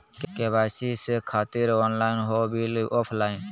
KYC से खातिर online हो बिल ऑफलाइन?